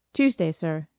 tuesday, sir.